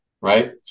right